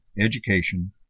education